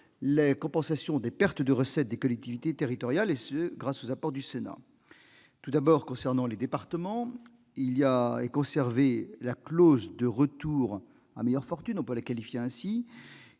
la compensation des pertes de recettes des collectivités territoriales grâce aux apports du Sénat. Tout d'abord, s'agissant des départements, est conservée la clause « de retour à meilleure fortune »- on peut la qualifier ainsi